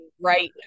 right